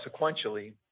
sequentially